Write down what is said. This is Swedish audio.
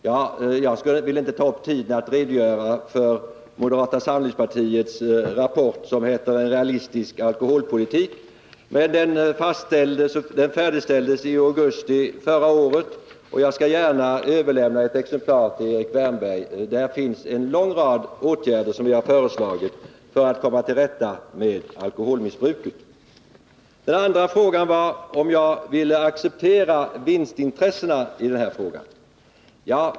Jag vill inte ta upp tiden med att redogöra för moderata samlingspartiets rapport, som heter En realistisk alkoholpolitik och som färdigställdes i augusti förra året. Jag skall gärna överlämna ett exemplar till Erik Wärnberg. Där finns en lång rad åtgärder föreslagna för att vi skall komma till rätta med alkoholmissbruket. Den andra frågan var om jag vill acceptera vinstintressena på detta område.